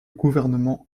gouvernement